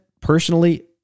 Personally